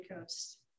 coast